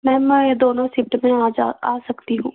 ma'am दोनों shift में आ जा आ सकती हूँ